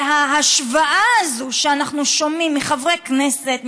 וההשוואה הזאת שאנחנו שומעים מחברי כנסת,